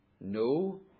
no